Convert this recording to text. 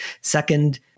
Second